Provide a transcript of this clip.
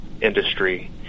industry